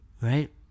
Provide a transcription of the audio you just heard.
right